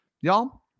Y'all